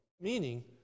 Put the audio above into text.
Meaning